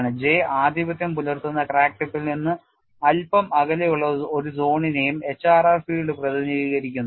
J ആധിപത്യം പുലർത്തുന്ന crack ടിപ്പിൽ നിന്ന് അൽപ്പം അകലെയുള്ള ഒരു സോണിനെയും HRR ഫീൽഡ് പ്രതിനിധീകരിക്കുന്നു